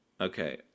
okay